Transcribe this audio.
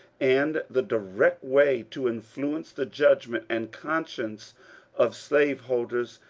and the direct way to influence the judgment and conscience of slaveholders,